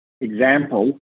example